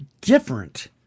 different